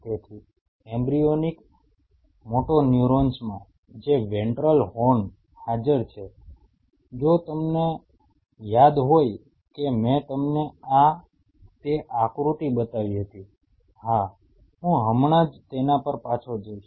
તેથી એમ્બ્રીયોનિક મોટોન્યુરોન્સમાં જે વેન્ટ્રલ હોર્નમાં હાજર છે જો તમને યાદ હોય કે મેં તમને તે આકૃતિ બતાવી હતી હા હું હમણાં જ તેના પર પાછો જઈશ